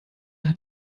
hat